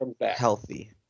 healthy